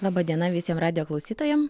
laba diena visiem radijo klausytojam